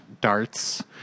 darts